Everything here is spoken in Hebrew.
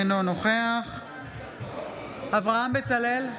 אינו נוכח אברהם בצלאל,